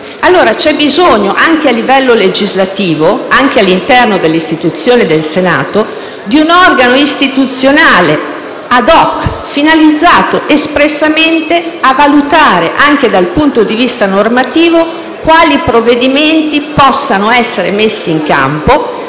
c'è bisogno, anche a livello legislativo, all'interno dell'istituzione del Senato, di un organo istituzionale *ad hoc*, finalizzato espressamente a valutare, anche dal punto di vista normativo, quali provvedimenti possano essere messi in campo